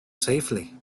safely